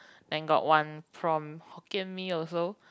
then got one prawn Hokkien Mee also